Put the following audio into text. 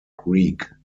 greek